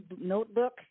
notebook